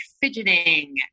fidgeting